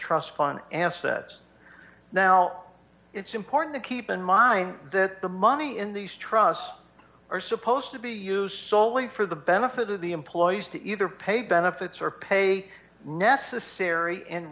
trust fund and says now it's important to keep in mind that the money in these trusts are supposed to be used solely for the benefit of the employees to either pay benefits or pay a necessary and